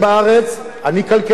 אני כלכלן במקצועי,